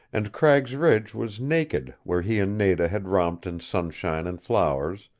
and cragg's ridge was naked where he and nada had romped in sunshine and flowers,